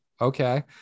okay